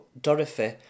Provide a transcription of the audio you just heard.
Dorothy